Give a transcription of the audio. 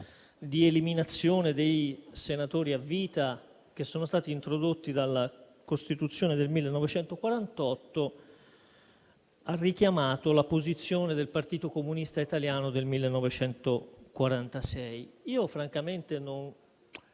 di eliminazione dei senatori a vita che sono stati introdotti dalla Costituzione del 1948, ha richiamato la posizione del Partito Comunista Italiano del 1946. Francamente, non